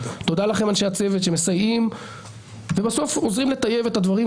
תודה לכם אנשי הצוות שמסייעים ובסוף עוזרים לטייב את הדברים.